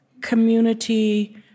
community